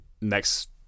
next